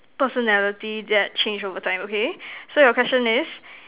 personality that change over time okay so your question is